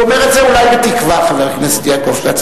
הוא אומר את זה אולי בתקווה, חבר הכנסת יעקב כץ.